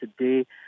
today